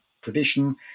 tradition